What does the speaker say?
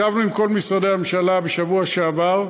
ישבנו עם כל משרדי הממשלה בשבוע שעבר,